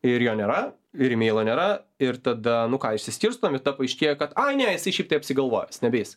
ir jo nėra ir imeilo nėra ir tada nu ką išsiskirstom ir ta paaiškėja kad ai ne jisai šiaip tai apsigalvojo jis nebeis